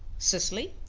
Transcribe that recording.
cecily,